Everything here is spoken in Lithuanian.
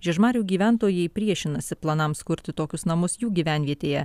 žiežmarių gyventojai priešinasi planams kurti tokius namus jų gyvenvietėje